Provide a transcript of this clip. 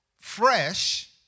fresh